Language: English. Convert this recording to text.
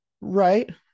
Right